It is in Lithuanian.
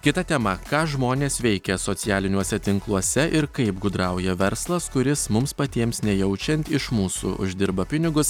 kita tema ką žmonės veikia socialiniuose tinkluose ir kaip gudrauja verslas kuris mums patiems nejaučiant iš mūsų uždirba pinigus